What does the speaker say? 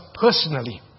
personally